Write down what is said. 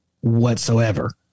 whatsoever